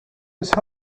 hocʼh